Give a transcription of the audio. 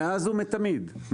מאז ומתמיד,